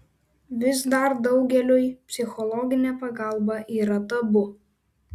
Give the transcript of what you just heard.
vis dar daugeliui psichologinė pagalba yra tabu